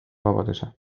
vabaduse